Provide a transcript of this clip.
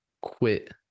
quit